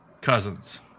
Cousins